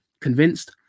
convinced